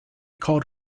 called